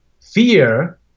Fear